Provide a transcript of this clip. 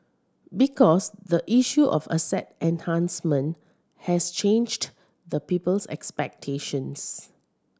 because the issue of asset enhancement has changed the people's expectations